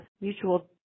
mutual